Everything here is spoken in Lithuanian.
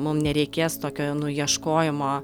mum nereikės tokio nu ieškojimo